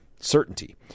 Certainty